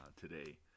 today